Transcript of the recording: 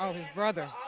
um his brother.